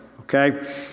okay